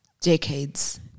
decades